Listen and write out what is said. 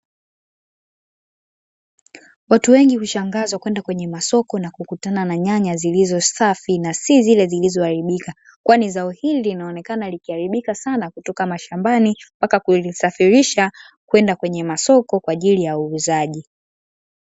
Watu wengi hushangazwa kwenda kwenye masoko na kukutana na nyanya zilizo safi na si zile zilizoharibika. Kwani zao hili linaonekana likiharibika sana kutoka mashambani kwenda kwenye masoko kwa ajili ya uuzaji.